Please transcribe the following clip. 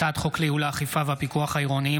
הצעת חוק לייעל האכיפה והפיקוח העירוניים